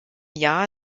jahr